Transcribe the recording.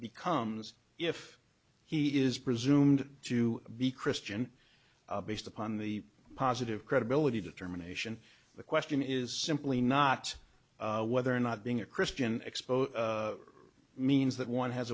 becomes if he is presumed to be christian based upon the positive credibility determination the question is simply not whether or not being a christian expose means that one has